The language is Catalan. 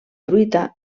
truita